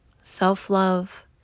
Self-love